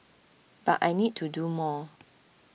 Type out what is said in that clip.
but I need to do more